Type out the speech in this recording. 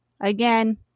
Again